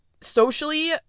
socially